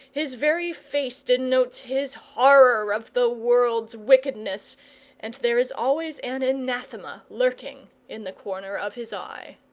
his very face denotes his horror of the world's wickedness and there is always an anathema lurking in the corner of his eye.